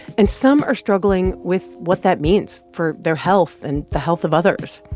and some are struggling with what that means for their health and the health of others.